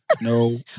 No